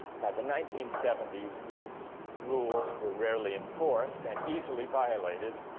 by the nineteen seventies these rules were rarely enforced and easily violated,